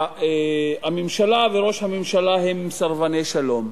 שהממשלה וראש הממשלה הם סרבני שלום.